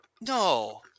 No